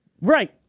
Right